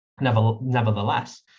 Nevertheless